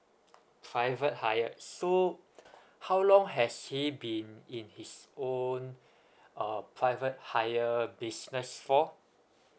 private hire so how long has he been in his own uh private hire business for